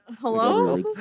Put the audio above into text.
Hello